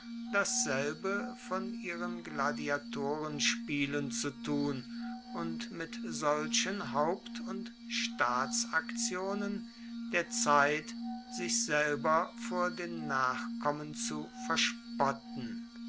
dasselbe von ihren gladiatorenspielen zu tun und mit solchen haupt und staatsaktionen der zeit sich selber vor den nachkommen zu verspotten